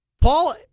Paul